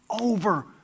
over